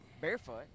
barefoot